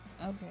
okay